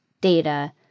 data